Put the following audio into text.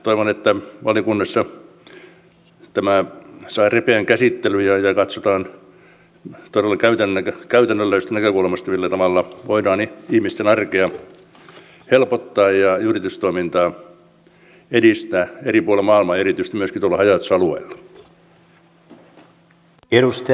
toivon että valiokunnassa tämä saa ripeän käsittelyn ja katsotaan todella käytännönläheisestä näkökulmasta millä tavalla voidaan ihmisten arkea helpottaa ja yritystoimintaa edistää eri puolilla maailmaa ja erityisesti myöskin tuolla haja asutusalueilla